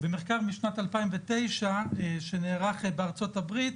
במחקר משנת 2009 שנערך בארצות הברית,